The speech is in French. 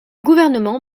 gouvernement